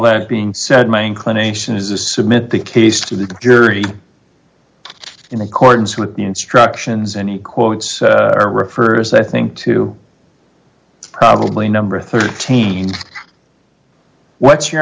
that being said my inclination is a submit the case to the jury in accordance with the instructions and he quotes or refers i think to probably number thirteen what's your